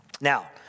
Now